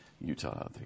Utah